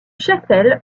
chapelle